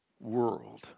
world